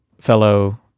fellow